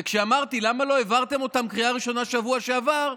וכשאמרתי: למה לא העברתם אותם בקריאה ראשונה שבוע שעבר?